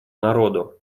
народу